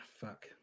fuck